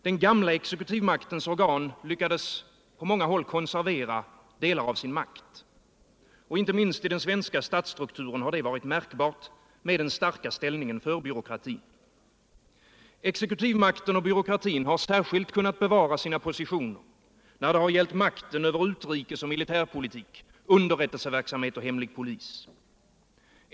Den gamla exekutivmaktens organ lyckades på många håll konservera delar av sin makt. Inte minst i den svenska statsstrukturen har det varit märkbart, med den starka ställningen för byråkrati. Exekutivmakten och byråkratin har särskilt kunnat bevara sina positioner när det gällt makten över utrikesoch militärpolitik, underrättelseverksamhet och hemlig polis.